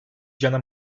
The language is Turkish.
cana